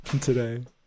today